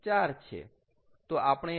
તો આપણે લખીએ અહીંયા 1